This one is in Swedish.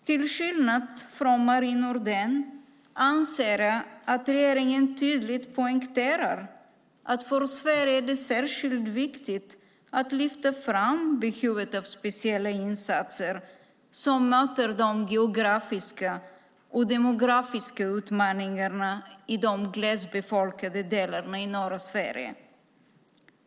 Till skillnad från Marie Nordén anser jag att regeringen tydligt poängterar att det för Sverige är särskilt viktigt att lyfta fram behovet av speciella insatser som möter de geografiska och demografiska utmaningarna i de glesbefolkade delarna i norra Sverige.